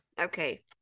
okay